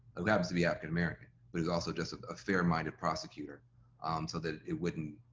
who happens to be african american but is also just a fair minded prosecutor so that it wouldn't,